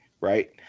Right